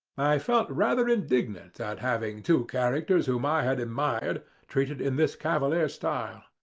i felt rather indignant at having two characters whom i had admired treated in this cavalier style.